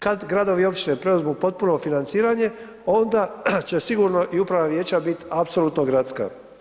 Kad gradovi i općine preuzmu potpuno financiranje onda će sigurno i upravna vijeća biti apsolutno gradska.